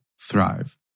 thrive